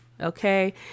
okay